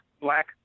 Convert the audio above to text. black